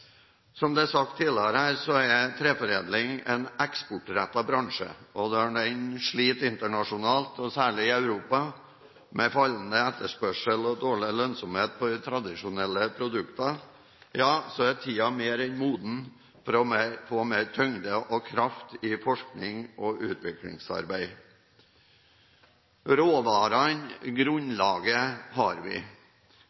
Som det er sagt tidligere her, så er treforedling en eksportrettet bransje, og når den sliter internasjonalt, og særlig i Europa, med fallende etterspørsel og dårlig lønnsomhet på de tradisjonelle produktene, ja så er tiden mer enn moden for å få mer tyngde og kraft i forskning og utviklingsarbeid.